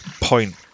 point